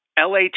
LA